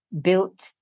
built